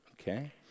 okay